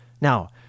Now